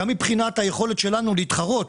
גם מבחינת היכולת שלנו להתחרות.